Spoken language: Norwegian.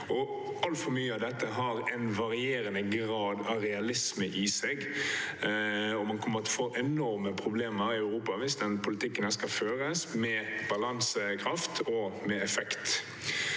Altfor mye av dette har varierende grad av realisme i seg, og man kommer til å få enorme problemer i Europa hvis denne politikken skal føres – med balansekraft og med effekt.